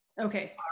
Okay